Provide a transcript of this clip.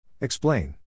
Explain